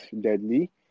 deadly